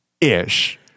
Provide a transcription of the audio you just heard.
ish